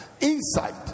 Insight